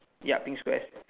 yup pink squares